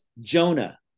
Jonah